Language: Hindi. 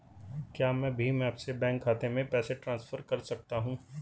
क्या मैं भीम ऐप से बैंक खाते में पैसे ट्रांसफर कर सकता हूँ?